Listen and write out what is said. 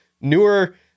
newer